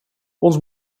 ons